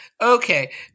okay